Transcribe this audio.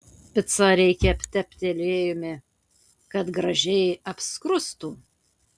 picą reikia aptepti aliejumi kad gražiai apskrustų